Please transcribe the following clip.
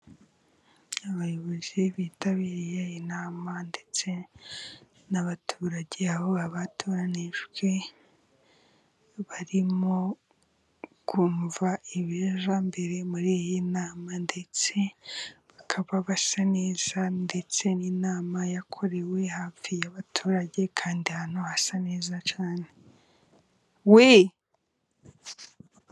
Abayobozi bitabiriye inama ndetse n'abaturage, aho abatoranijwe barimo kumva ibijya mbere muri iyi nama, ndetse bakaba basa neza, ndetse n'inama yakorewe hafi y'abaturage, kandi ahantu hasa neza cyane. We!